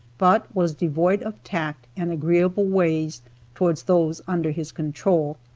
but was devoid of tact and agreeable ways toward those under his control,